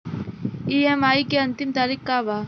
EMI के अंतिम तारीख का बा?